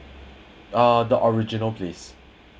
ah the original please